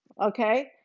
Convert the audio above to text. okay